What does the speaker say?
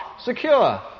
secure